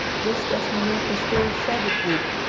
just as mynheer pastoor said it would!